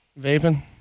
Vaping